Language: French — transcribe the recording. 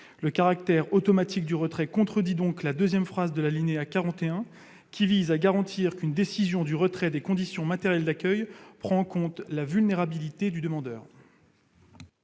Le caractère automatique du retrait contredit donc la deuxième phrase de l'alinéa 41 qui vise justement à garantir qu'une « décision de retrait des conditions matérielles d'accueil [...] prend en compte la vulnérabilité du demandeur